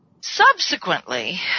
Subsequently